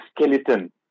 skeleton